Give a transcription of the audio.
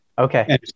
Okay